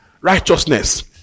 righteousness